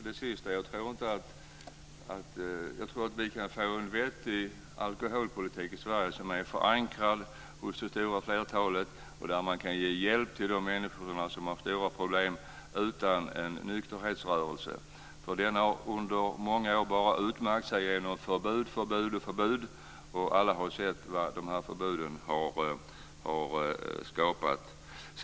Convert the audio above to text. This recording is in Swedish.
Fru talman! Jag tror att vi i Sverige kan få en vettig alkoholpolitik som är förankrad hos det stora flertalet. Man kan därigenom, utan någon nykterhetsrörelse, ge hjälp till de människor som har stora problem. Nykterhetsrörelsen har under många år utmärkt sig genom förbud och åter förbud, och alla har sett vad dessa förbud har skapat.